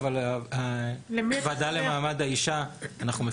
אבל אנחנו מפיצים לוועדה למעמד האישה.